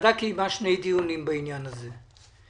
הוועדה קיימה שני דיונים בעניין הזה.